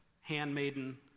handmaiden